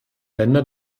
länder